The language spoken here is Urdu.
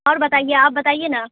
اور بتائیے آپ بتائیے نا